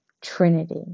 Trinity